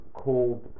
called